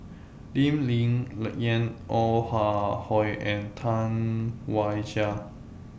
Lee Ling Yen Ong Ah Hoi and Tam Wai Jia